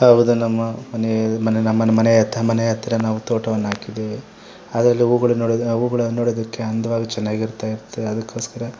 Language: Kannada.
ಹೌದು ನಮ್ಮ ಮನೆ ಮನೆ ನಮ್ಮ ಮನೆ ನಮ್ಮ ಮನೆ ಹತ್ತಿರ ನಾವು ತೋಟವನ್ನು ಹಾಕಿದೆವು ಅದರಲ್ಲಿ ಹೂಗಳು ನೋಡೋ ಹೂಗಳು ನೋಡೋದಕ್ಕೆ ಅಂದವಾಗಿ ಚೆನ್ನಾಗಿ ಇರ್ತಾಯಿತ್ತು ಅದಕ್ಕೋಸ್ಕರ